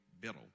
Biddle